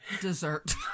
dessert